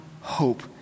hope